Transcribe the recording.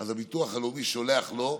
אז הביטוח הלאומי שולח לו מכתב.